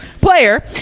player